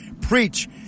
preach